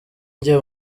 njye